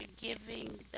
giving